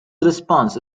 response